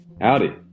Howdy